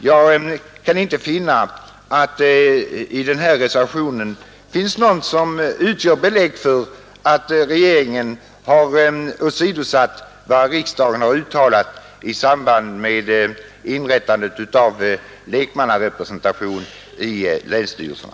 Jag kan inte se att det i denna reservation finns något belägg för att regeringen åsidosatt riksdagens uttalande i samband med inrättandet av lekmannarepresentation i länsstyrelserna.